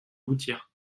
aboutir